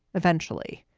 eventually,